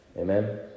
amen